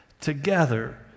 together